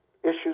issues